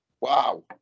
Wow